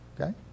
okay